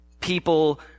People